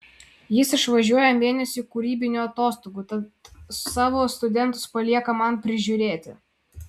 jis išvažiuoja mėnesiui kūrybinių atostogų tad savo studentus palieka man prižiūrėti